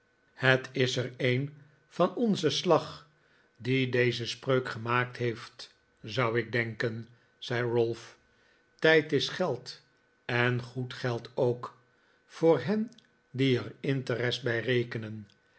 het is er een van ons slag die deze spreuk gemaakt heeft zou ik denken zei ralph tijd is geld en goed geld ook voor hen die er interest bij rekenen